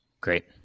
Great